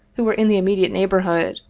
who were in the immediate neighborhood,